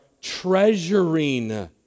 treasuring